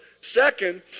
Second